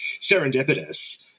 serendipitous